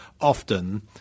often